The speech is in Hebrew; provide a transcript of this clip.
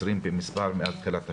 עשרים במספר מאז תחילת השנה.